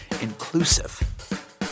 inclusive